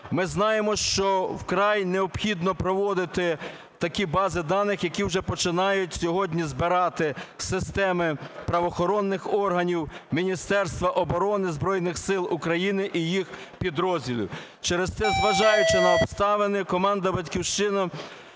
Ми знаємо, що вкрай необхідно проводити такі бази даних, які вже починають сьогодні збирати системи правоохоронних органів, Міністерства оборони, Збройних Сил України і їх підрозділів. Через це, зважаючи на обставини, команда "Батьківщини"